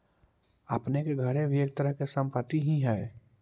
आपने के घर भी एक तरह के संपत्ति ही हेअ